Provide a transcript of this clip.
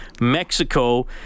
Mexico